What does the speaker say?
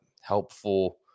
helpful